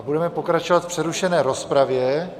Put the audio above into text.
Budeme pokračovat v přerušené rozpravě.